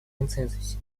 консенсусе